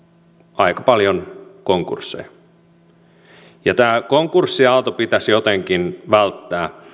aika paljon konkursseja tämä konkurssiaalto pitäisi jotenkin välttää